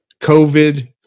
COVID